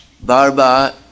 Barba